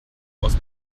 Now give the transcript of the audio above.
aus